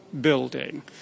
building